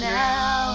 now